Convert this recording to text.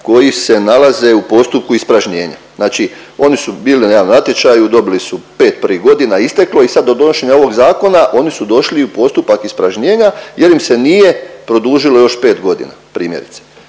koji se nalaze u postupku ispražnjenja. Znači oni su bili na nekakvom natječaju, dobili su, 5 prvih godina je isteklo i sad do donošenja ovog zakona oni su došli u postupak ispražnjenja jer im se nije produžilo još 5.g. primjerice.